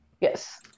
Yes